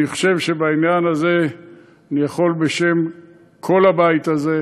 אני חושב שבעניין הזה אני יכול בשם כל הבית הזה,